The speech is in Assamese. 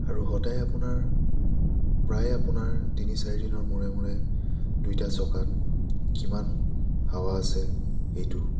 আৰু সদায় আপোনাৰ প্ৰায় আপোনাৰ তিনি চাৰিদিনৰ মূৰে মূৰে দুয়োটা চকাত কিমান হাৱা আছে সেইটো